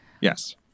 Yes